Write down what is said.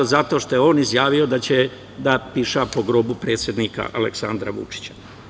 Zato što je on izjavio da će da piša po grobu predsednika Aleksandra Vučića.